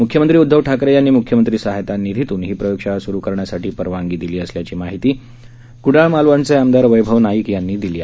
मुख्यमंत्री उदधव ठाकरे यांनी मुख्यमंत्री सहायता निधीतून ही प्रयोगशाळा सुरु करण्यासाठी परवानगी दिली असल्याची माहिती कुडाळ मालवणचे आमदार वक्षव नाईक यांनी दिली आहे